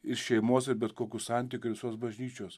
iš šeimos ir bet kokių santykių visos bažnyčios